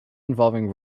involving